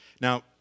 Now